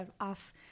off